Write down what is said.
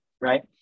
right